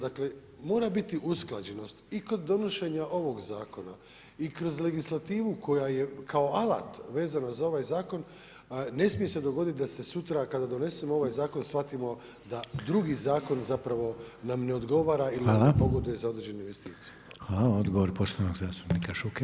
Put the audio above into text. Dakle, mora biti usklađenost i kod donošenja ovoga zakona i kroz legislativu koja je kao alat vezano za ovaj zakon ne smije se dogoditi da se sutra kada donesemo ovaj zakon shvatimo da drugi zakon zapravo nam ne odgovara ili nam ne pogoduje za određenu investiciju.